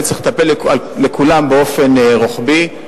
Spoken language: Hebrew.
באמת צריך לטפל בכולם באופן רוחבי,